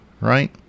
right